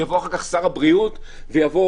שיבוא אחר כך שר הבריאות, ויבוא